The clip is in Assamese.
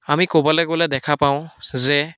আমি ক'ৰবালৈ গ'লে দেখা পাওঁ যে